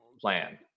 plan